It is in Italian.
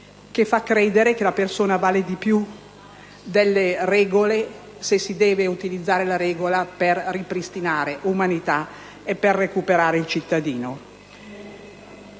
che fa credere che la persona vale di più delle regole, se le si devono utilizzare per ripristinare l'umanità e per recuperare il cittadino.